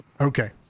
okay